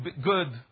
good